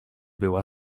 była